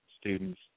students